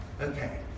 Okay